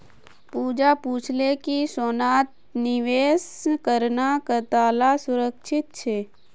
पूजा पूछले कि सोनात निवेश करना कताला सुरक्षित छे